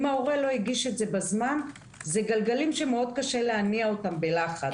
אם ההורה לא הגיש את זה בזמן אלו גלגלים שמאוד קשה להניע אותם בלחץ.